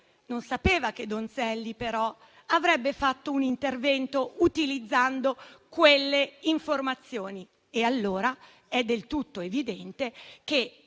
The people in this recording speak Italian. non sapeva che l'onorevole Donzelli avrebbe fatto un intervento utilizzando quelle informazioni. Allora è del tutto evidente che